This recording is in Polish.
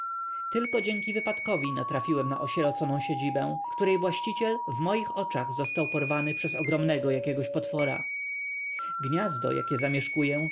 tylko dzięki wypadkowi natrafiłem na osieroconą siedzibę której właściciel w moich oczach został porwany przez ogromnego jakiegoś potwora gniazdo jakie zamieszkuję